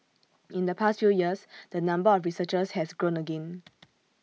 in the past few years the number of researchers has grown again